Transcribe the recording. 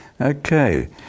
Okay